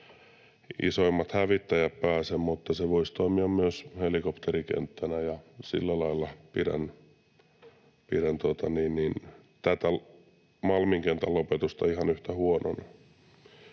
isoimmat hävittäjät pääse, mutta se voisi toimia myös helikopterikenttänä, ja sillä lailla pidän Malmin kentän lopetusta ihan yhtä huonona.